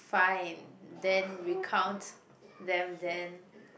fine then recount them then